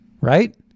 Right